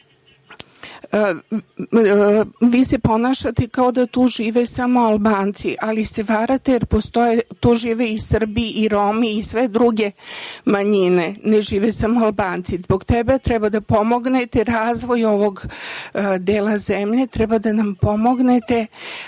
vi se ponašate kao da tu žive samo Albanci, ali se varate jer tu žive Srbi, Romi i sve druge manjine, ne žive samo Albanci. Zbog toga treba da pomognete razvoju ovog dela zemlje i da nam pomognete